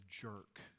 jerk